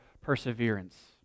perseverance